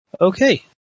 Okay